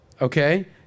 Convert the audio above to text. Okay